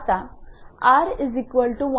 आता 𝑟1